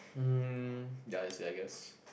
um ya that's I guess